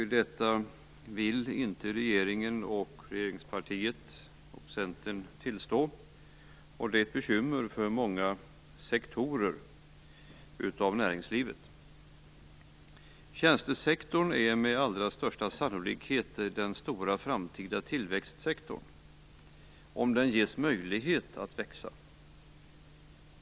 Detta vill inte regeringen, regeringspartiet och Centern tillstå. Det är ett bekymmer för många sektorer av näringslivet. Tjänstesektorn är med allra största sannolikhet den stora framtida tillväxtsektorn, om den ges möjlighet att växa.